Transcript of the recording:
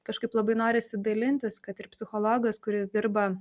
kažkaip labai norisi dalintis kad ir psichologas kuris dirba